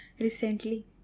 recently